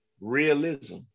realism